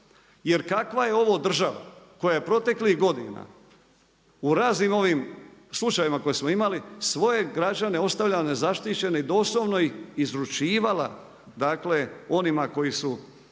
Jer kakva je ovo država koja proteklih godina u raznim ovim slučajevima koje smo imali, svoje građane ostavlja nezaštićene i doslovno ih izručivala dakle onima koji su